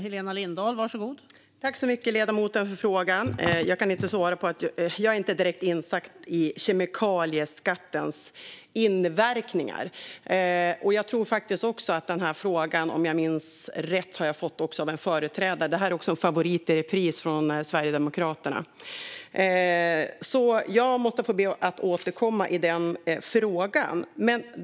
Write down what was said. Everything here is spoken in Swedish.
Fru talman! Tack så mycket, ledamoten, för frågan! Jag kan inte svara direkt, för jag är inte insatt i kemikalieskattens inverkningar. Om jag minns rätt har jag fått frågan förut av en företrädare för Sverigedemokraterna, så det är en favorit i repris från detta parti. Jag måste alltså be att få återkomma i frågan.